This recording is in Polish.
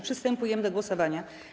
Przystępujemy do głosowania.